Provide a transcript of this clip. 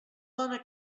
dona